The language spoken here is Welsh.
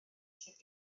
sydd